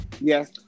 Yes